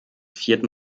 vierten